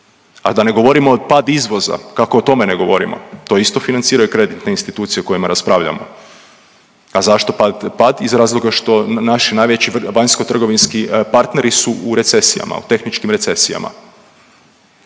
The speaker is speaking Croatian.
A da ne govorimo o pad izvoza, kako o tome ne govorimo? To isto financiraju kreditne institucije o kojima raspravljamo. A zašto pad? Iz razloga što naši najveći vanjskotrgovinski partneri u recesijama u tehničkim recesijama,